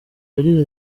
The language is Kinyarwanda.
yagize